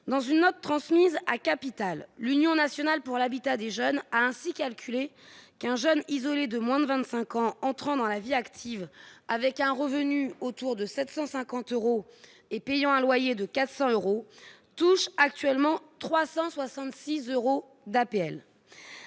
dans une note transmise à Capital, l'Union nationale pour l'habitat, des jeunes, a ainsi calculé qu'un jeune isolé de moins de 25 ans entrant dans la vie active avec un revenu autour de 750 euros et payant un loyer de 400 euros touche actuellement 366 euros d'APL,